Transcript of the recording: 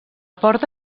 porta